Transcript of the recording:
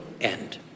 end